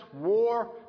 war